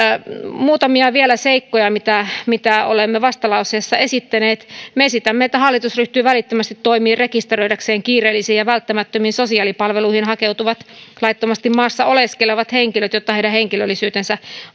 muutamia seikkoja mitä olemme vastalauseessa esittäneet me esitämme että hallitus ryhtyy välittömästi toimiin rekisteröidäkseen kiireellisiin ja välttämättömiin sosiaalipalveluihin hakeutuvat laittomasti maassa oleskelevat henkilöt jotta heidän henkilöllisyytensä